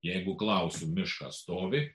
jeigu klausiu miškas stovi